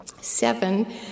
seven